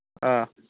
ꯑꯥ